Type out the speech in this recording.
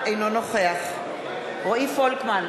אינו נוכח רועי פולקמן,